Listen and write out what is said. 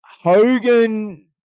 Hogan